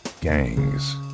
gangs